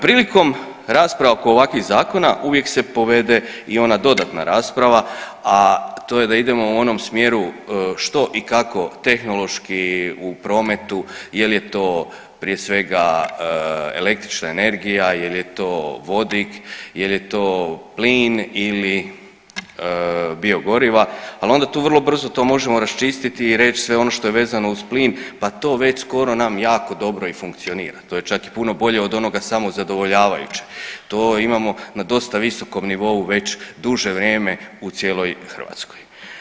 Prilikom rasprava oko ovakvih zakona uvijek se povede i ona dodatna rasprava, a to je da idemo u onom smjeru što i kako tehnološki u prometu jel je to prije svega električna energija, jel je to vodik, jel je to plin ili biogoriva, al onda tu vrlo brzo to možemo raščistiti i reć sve ono što je vezano uz plin, pa to već skoro nam jako dobro i funkcionira, to je čak i puno bolje od onoga samozadovoljavajuće, to imamo na dosta visokom nivou već duže vrijeme u cijeloj Hrvatskoj.